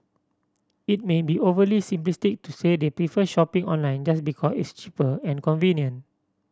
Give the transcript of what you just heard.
it may be overly simplistic to say they prefer shopping online just because it's cheaper and convenient